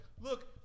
look